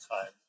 time